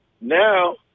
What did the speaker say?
Now